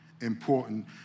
important